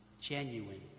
Genuine